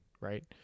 right